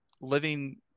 living